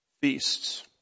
feasts